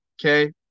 Okay